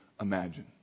imagine